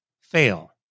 fail